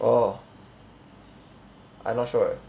orh I not sure eh